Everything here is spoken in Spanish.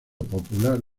popular